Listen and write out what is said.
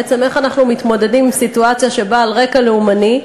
בעצם איך אנחנו מתמודדים עם סיטואציה שבאה על רקע לאומני.